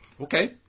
okay